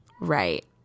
Right